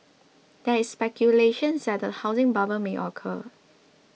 there is speculation that a housing bubble may occur